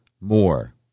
more